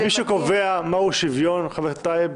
מי שקובע מהו שוויון, חבר הכנסת טייב,